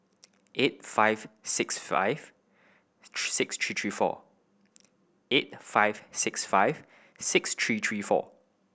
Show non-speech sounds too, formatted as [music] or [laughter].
eight five six five [noise] six three three four eight five six five six three three four